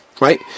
Right